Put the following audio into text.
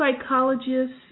psychologists